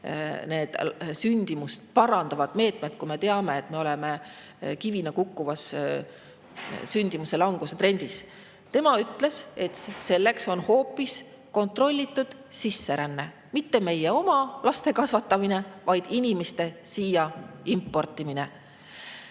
olema sündimust parandavad meetmed, sest me teame, et oleme kivina kukkuvas sündimuse langustrendis. Tema ütles, et selleks on hoopis kontrollitud sisseränne – mitte meie oma laste kasvatamine, vaid inimeste siia importimine.